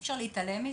אי אפשר להתעלם מזה.